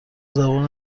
زبان